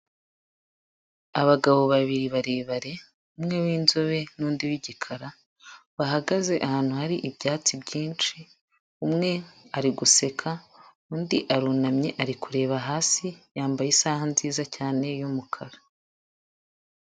Abagabo babiri barebare, umwe w'inzobe n'undi w'igikara, bahagaze ahantu hari ibyatsi byinshi, umwe ari guseka, undi arunamye ari kureba hasi, yambaye isaha nziza cyane y'umukara.